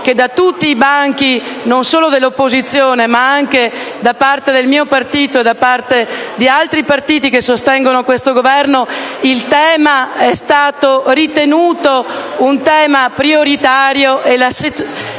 che da tutti i banchi, e non solo dell'opposizione, ma anche del mio partito e di altri che sostengono questo Governo, il tema è stato ritenuto prioritario